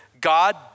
God